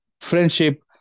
Friendship